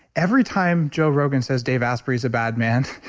every time joe rogan says dave asprey's a bad man,